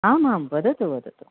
आमां वदतु वदतु